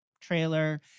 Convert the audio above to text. trailer